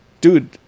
dude